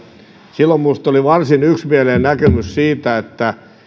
silloin minusta oli varsin yksimielinen näkemys siitä että